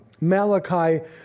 Malachi